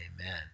Amen